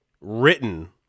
written